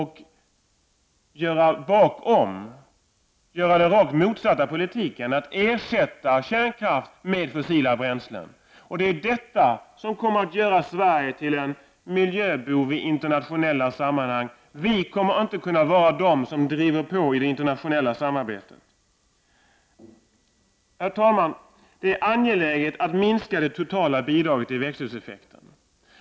Han vill nu göra det rakt motsatta — ersätta kärnkraft med fossila bränslen. Det är detta som kommer att göra Sverige till en miljöbov i internationella sammanhang. Vi kommer inte att kunna vara pådrivande i det internationella samarbetet. Herr talman! Det är alltså angeläget att minska det totala bidraget till växthuseffekten.